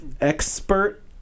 expert